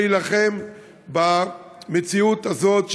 להילחם במציאות הזאת,